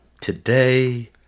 today